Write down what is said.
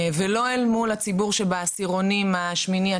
ולא מול הציבור בעשירונים השמיני,